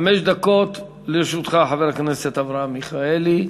חמש דקות לרשותך, חבר הכנסת אברהם מיכאלי.